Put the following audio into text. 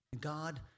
God